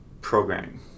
programming